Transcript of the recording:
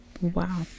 wow